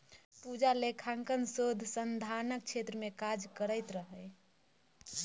पूजा लेखांकन शोध संधानक क्षेत्र मे काज करैत रहय